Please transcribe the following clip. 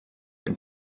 and